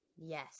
Yes